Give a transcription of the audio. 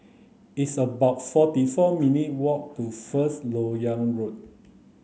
it's about forty four minutes' walk to First Lok Yang Road